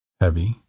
heavy